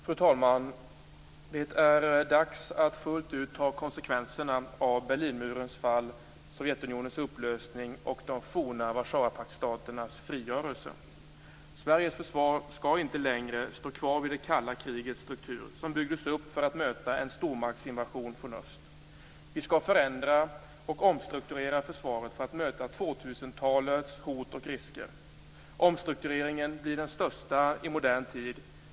Fru talman! Det är dags att fullt ut ta konsekvenserna av Berlinmurens fall, Sovjetunionens upplösning och de forna Warszawapaktsstaternas frigörelse. Sveriges försvar skall inte längre stå kvar vid det kalla krigets struktur, som byggdes upp för att möta en stormaktsinvasion från öst. Vi skall förändra och omstrukturera försvaret för att möta 2000-talets hot och risker. Omstruktureringen blir den största i modern tid.